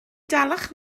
dalach